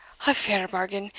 a fair bargain!